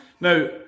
Now